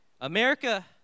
America